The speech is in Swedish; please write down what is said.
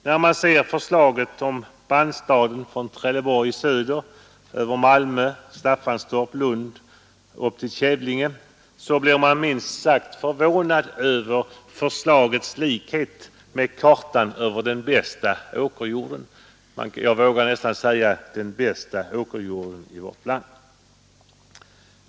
När man ser förslaget om bandstaden från Trelleborg i söder över Malmö, Staffanstorp och Lund upp till Kävlinge blir man minst sagt förvånad över likheten med kartan över den bästa åkermarken i vårt land.